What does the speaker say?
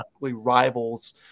rivals